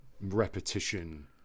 repetition